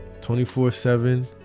24-7